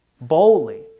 boldly